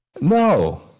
No